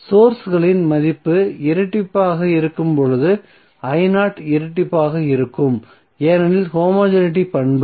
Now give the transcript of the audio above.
சோர்ஸ்களின் மதிப்பு இரட்டிப்பாக இருக்கும்போது இரட்டிப்பாக இருக்கும் ஏனெனில் ஹோமோஜெனிட்டி பண்பு